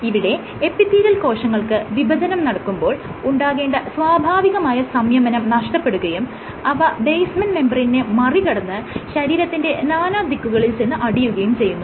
ഇവിടെ എപ്പിത്തീലിയൽ കോശങ്ങൾക്ക് വിഭജനം നടക്കുമ്പോൾ ഉണ്ടാകേണ്ട സ്വാഭാവികമായ സംയമനം നഷ്ടപ്പെടുകയും അവ ബേസ്മെൻറ് മെംബ്രേയ്നിനെ മറികടന്ന് ശരീരത്തിന്റെ നാനാദിക്കുകളിൽ ചെന്ന് അടിയുകയും ചെയ്യുന്നു